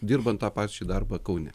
dirbant tą pačį darbą kaune